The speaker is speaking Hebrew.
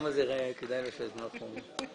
משרד החקלאות